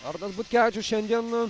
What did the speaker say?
arnas butkevičius šiandien